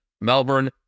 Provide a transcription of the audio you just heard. Melbourne